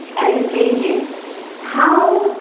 gauging how